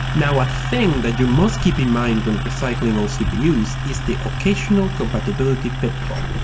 now, a thing that you must keep in mind when recycling old cpu is the occasional compatibility pitfall.